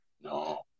No